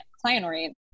client-oriented